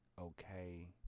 okay